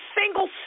single